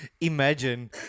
imagine